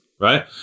right